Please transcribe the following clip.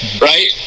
right